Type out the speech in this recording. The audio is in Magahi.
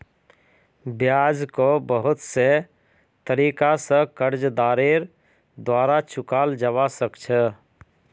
ब्याजको बहुत से तरीका स कर्जदारेर द्वारा चुकाल जबा सक छ